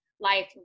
life